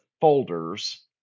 folders